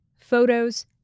Photos